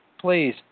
please